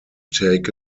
take